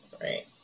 Right